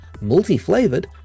multi-flavoured